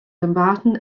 dumbarton